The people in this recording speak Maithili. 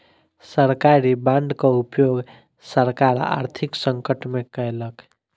सरकारी बांडक उपयोग सरकार आर्थिक संकट में केलक